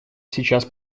сейчас